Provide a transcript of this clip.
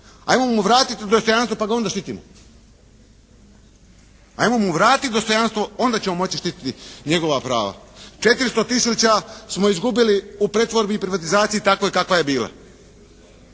Ajmo mu vratiti dostojanstvo pa ga onda štitimo. Ajmo mu vratiti dostojanstvo, onda ćemo moći štititi njegova prava. 400 tisuća smo izgubili u pretvorbi i privatizaciji takvoj kakva je bila.